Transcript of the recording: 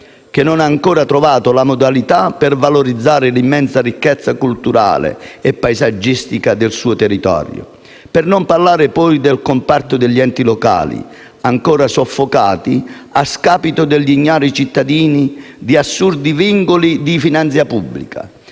che non ha ancora trovato la modalità per valorizzare l'immensa ricchezza culturale e paesaggistica del suo territorio. Non parliamo poi del comparto degli enti locali, ancora soffocati a scapito degli ignari cittadini da assurdi vincoli di finanza pubblica,